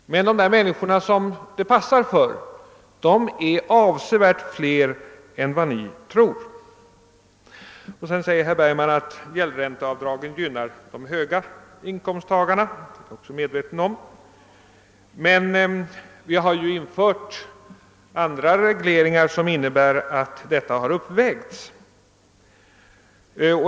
Men de människor de passar är avsevärt flera än ni tror. Sedan säger herr Bergman att gäldränteavdragen gynnar de höga inkomsttagarna, och det är jag också medveten om. Det har emellertid införts andra regleringar som innebär att denna effekt har uppvägts.